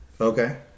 Okay